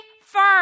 firm